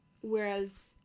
Whereas